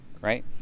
right